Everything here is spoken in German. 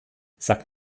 sagt